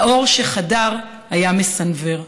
האור שחדר היה מסנוור.